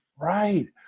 Right